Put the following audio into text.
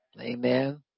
Amen